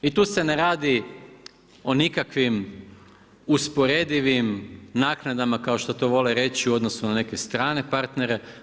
I tu se ne radi o nikakvim usporedivim naknadama kao što to vole reći, u odnosu na neke strane partnere.